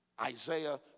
Isaiah